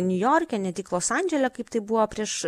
niujorke ne tik los andžele kaip tai buvo prieš